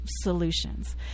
solutions